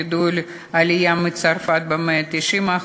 גידול בעלייה מצרפת של 190%,